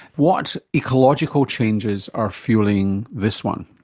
what ecological changes are fuelling this one?